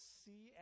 see